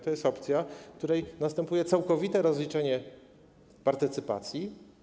To jest opcja, w której następuje całkowite rozliczenie partycypacji.